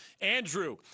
Andrew